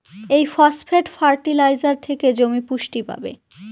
এই phosphate fertilizer থেকে জমি পুষ্টি পাবে